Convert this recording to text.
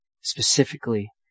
specifically